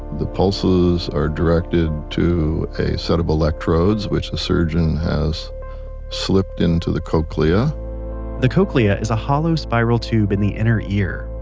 the pulses are directed to a set of electrodes, which the surgeon has slipped into the cochlea the cochlea is a hollow spiral tube in the inner ear.